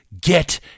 Get